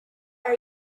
are